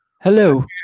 Hello